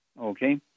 Okay